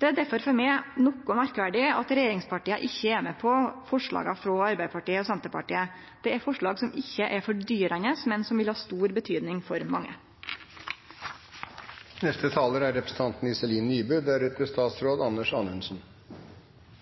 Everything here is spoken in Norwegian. Det er derfor for meg noko merkverdig at regjeringspartia ikkje er med på forslaga frå Arbeidarpartiet og Senterpartiet. Det er forslag som ikkje er fordyrande, men som vil ha stor betyding for mange. Problemstillingen rundt overdreven bruk av glattceller er